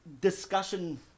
discussion